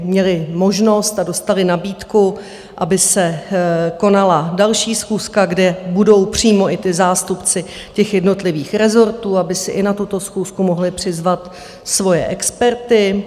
Měli možnost a dostali nabídku, aby se konala další schůzka, kde budou přímo i zástupci jednotlivých rezortů, aby si i na tuto schůzku mohli přizvat svoje experty.